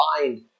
find